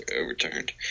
overturned